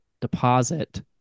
deposit